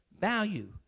value